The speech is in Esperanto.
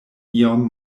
iom